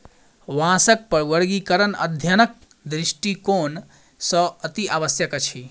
बाँसक वर्गीकरण अध्ययनक दृष्टिकोण सॅ अतिआवश्यक अछि